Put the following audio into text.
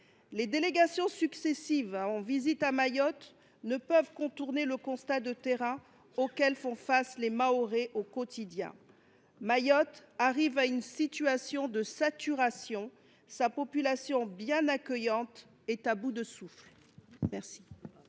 Les délégations successives en visite sur place ne peuvent que constater, sur le terrain, ce à quoi font face les Mahorais au quotidien : Mayotte arrive à une situation de saturation ; sa population, qui est accueillante, est à bout de souffle.